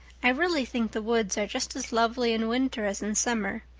i really think the woods are just as lovely in winter as in summer.